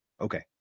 Okay